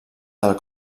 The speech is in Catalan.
del